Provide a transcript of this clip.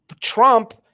Trump